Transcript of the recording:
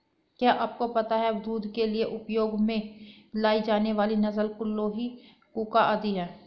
क्या आपको पता है दूध के लिए उपयोग में लाई जाने वाली नस्ल लोही, कूका आदि है?